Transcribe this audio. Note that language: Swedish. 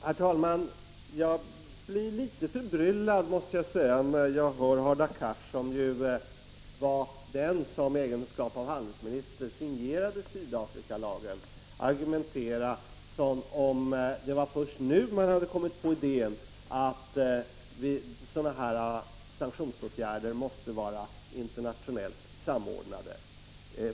Herr talman! Jag blir litet förbryllad när jag hör Hadar Cars, som i egenskap av handelsminister signerade Sydafrikalagen, argumentera som om det var först nu som man hade kommit på idén att sanktionsåtgärder måste vara internationellt samordnade.